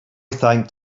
thanked